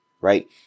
right